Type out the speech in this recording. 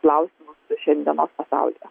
klausimų su šiandienos pasaulyje